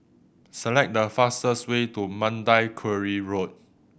select the fastest way to Mandai Quarry Road